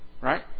Right